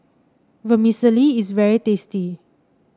vermicelli is very tasty